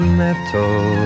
metal